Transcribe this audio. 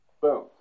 Boom